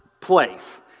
place